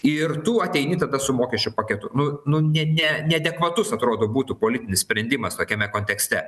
ir tu ateini tada su mokesčių paketu nu nu ne ne neadekvatus atrodo būtų politinis sprendimas tokiame kontekste